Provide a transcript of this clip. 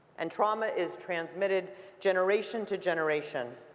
and trauma is transmitted generation to generation.